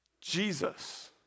Jesus